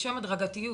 לשם הדרגתיות,